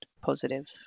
positive